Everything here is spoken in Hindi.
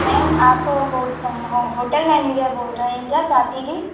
मैम आप होटल मैनेजर बोल रही हैं क्या स्वाती जी